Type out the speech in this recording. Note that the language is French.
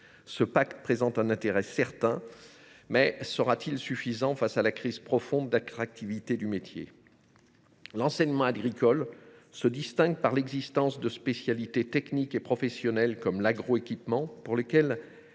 Ce pacte présente un intérêt certain, mais sera t il suffisant face à la profonde crise d’attractivité que le métier traverse ? L’enseignement agricole se distingue par l’existence de spécialités techniques et professionnelles, comme l’agroéquipement, dans lesquelles